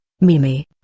Mimi